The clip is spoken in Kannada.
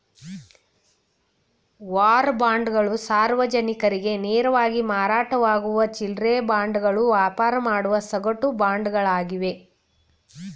ವಾರ್ ಬಾಂಡ್ಗಳು ಸಾರ್ವಜನಿಕರಿಗೆ ನೇರವಾಗಿ ಮಾರಾಟವಾಗುವ ಚಿಲ್ಲ್ರೆ ಬಾಂಡ್ಗಳು ವ್ಯಾಪಾರ ಮಾಡುವ ಸಗಟು ಬಾಂಡ್ಗಳಾಗಿವೆ